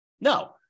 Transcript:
No